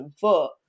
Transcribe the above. foot